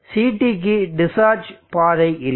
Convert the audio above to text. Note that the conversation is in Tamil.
CTக்கு டிஸ்சார்ஜ் பாதை இல்லை